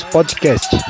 Podcast